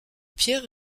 pierre